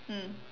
mm